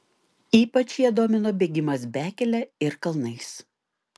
ypač ją domino bėgimas bekele ir kalnais